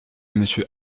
monsieur